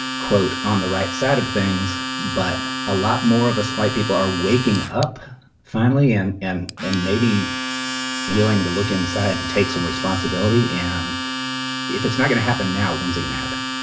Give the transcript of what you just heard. quote, on the right side of things. but a lot more of us white people are waking up finally and and and maybe willing to look inside and take some responsibility. and if it's not going to happen now, wednesday going to happen